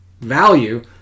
value